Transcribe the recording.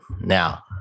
now